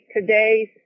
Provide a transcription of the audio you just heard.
today's